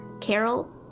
Carol